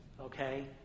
Okay